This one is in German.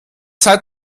seid